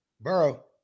Burrow